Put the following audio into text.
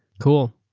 cool.